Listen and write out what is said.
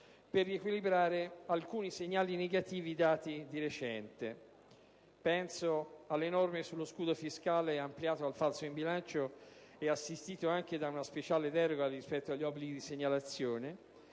per riequilibrare alcuni segnali negativi dati di recente: penso alle norme sullo scudo fiscale, ampliato al falso in bilancio e assistito anche da una speciale deroga rispetto agli obblighi di segnalazione,